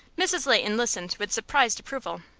mrs. leighton listened with surprised approval.